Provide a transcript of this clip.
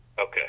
Okay